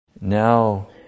Now